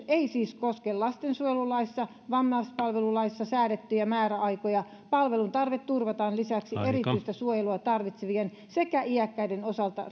ei siis koske lastensuojelulaissa ja vammaispalvelulaissa säädettyjä määräaikoja palvelutarve turvataan lisäksi erityistä suojelua tarvitsevien sekä iäkkäiden osalta